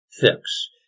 fix